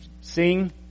sing